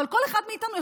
אבל כל אחד מאיתנו,